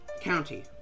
county